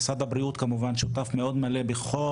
משרד הבריאות כמובן שותף מאוד מלא בכל